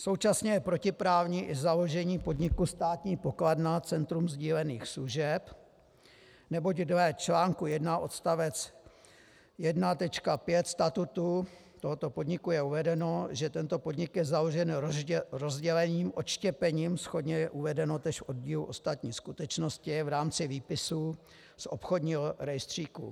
Současně je protiprávní i založení podniku Státní pokladna Centrum sdílených služeb, neboť dle článku 1 odst. 1.5 statutu tohoto podniku je uvedeno, že tento podnik je založen rozdělením, odštěpením, shodně je uvedeno též oddíl ostatní skutečnosti v rámci výpisu z obchodního rejstříku.